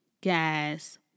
gas